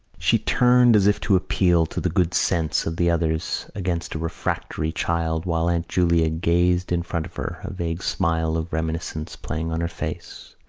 she turned as if to appeal to the good sense of the others against a refractory child while aunt julia gazed in front of her, a vague smile of reminiscence playing on her face.